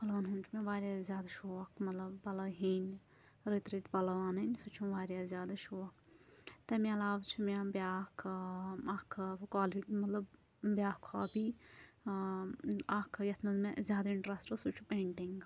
پَلوَن ہُنٛد چھُ مےٚ واریاہ زیادٕ شوق مطلب پَلوٚو ہیٚنۍ رٕتۍ رٕتۍ پَلوٚو اَنٕنۍ سُہ چھُم واریاہ زیادٕ شوق تَمہِ علاوٕ چھِ مےٚ بیٛاکھ ٲں اَکھ ٲں کۄالِٹی مطلب بیٛاکھ ہابی ٲں اَکھ ییٚتھ منٛز مےٚ زیادٕ اِنٹرٛسٹہٕ اوس سُہ چھُ پینٹِنٛگ